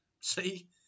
See